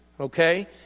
okay